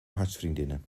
hartsvriendinnen